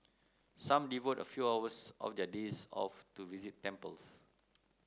some devote a few hours of their days off to visit temples